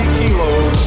kilos